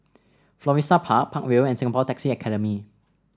Florissa Park Park Vale and Singapore Taxi Academy